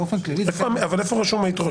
באופן כללי --- אבל איפה רשות היתרות?